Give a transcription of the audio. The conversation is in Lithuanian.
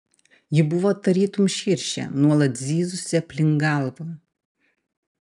ji buvo tarytum širšė nuolat zyzusi aplink galvą